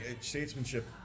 statesmanship